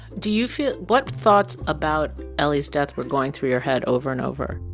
do you feel what thoughts about eli's death were going through your head over and over?